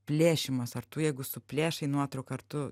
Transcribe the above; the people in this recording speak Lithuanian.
plėšymas ar tu jeigu suplėšai nuotrauką ar tu